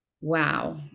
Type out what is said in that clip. wow